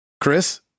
Chris